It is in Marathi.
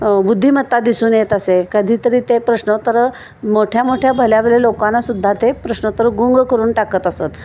बुद्धिमत्ता दिसून येत असे कधीतरी ते प्रश्न तर मोठ्यामोठ्या भल्या भल्या लोकांना सुद्धा ते प्रश्न तर गुंग करून टाकत असत